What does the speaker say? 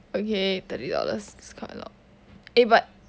okay thirty dollars it's quite a lot eh but